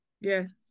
Yes